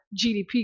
GDP